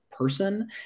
person